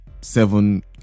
seven